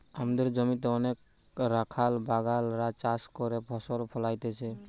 আমদের জমিতে অনেক রাখাল বাগাল রা চাষ করে ফসল ফোলাইতেছে